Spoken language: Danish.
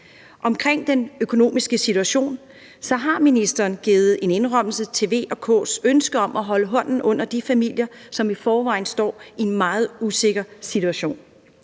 til den økonomiske situation har ministeren givet en indrømmelse i forhold til V og K's ønske om at holde hånden under de familier, som i forvejen står i en meget usikker situation.